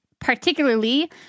particularly